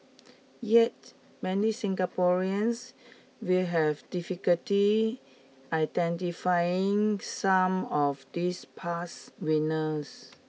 yet many Singaporeans will have difficulty identifying some of these past winners